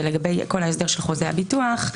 ולגבי כל ההסדר של חוזה הביטוח,